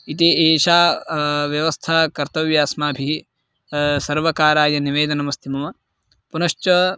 इति एषा व्यवस्था कर्तव्या अस्माभिः सर्वकाराय निवेदनमस्ति मम पुनश्च